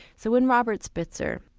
so when robert spitzer,